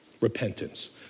Repentance